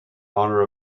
honor